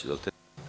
Izvolite.